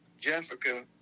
Jessica